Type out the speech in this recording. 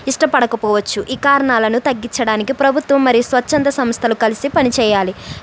ఇష్టపడకపోవచ్చు ఈ కారణాలను తగ్గించడానికి ప్రభుత్వం మరి స్వచ్ఛంద సంస్థలు కలిసి పనిచేయాలి